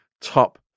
top